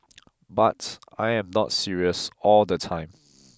but I am not serious all the time